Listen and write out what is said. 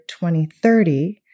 2030